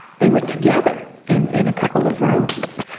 they were together in in a couple of rooms.